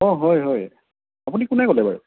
অঁ হয় হয় আপুনি কোনে ক'লে বাৰু